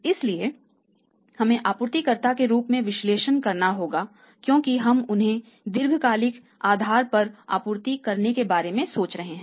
इसलिए हमें आपूर्तिकर्ता के रूप में विश्लेषण करना होगा क्योंकि हम उन्हें दीर्घकालिक आधार पर आपूर्ति करने के बारे में सोच रहे हैं